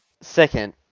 second